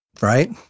right